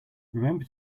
remember